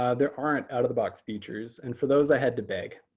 ah there aren't out of the box features. and for those, i had to beg.